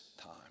time